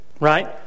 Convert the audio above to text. right